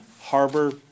Harbor